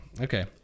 Okay